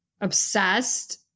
obsessed